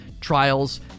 trials